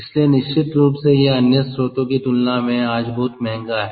इसलिए निश्चित रूप से यह अन्य स्रोतों की तुलना में आज बहुत महंगा है